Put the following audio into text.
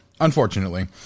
Unfortunately